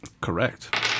Correct